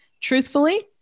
Truthfully